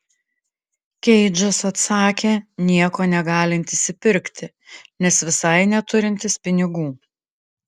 keidžas atsakė nieko negalintis įpirkti nes visai neturintis pinigų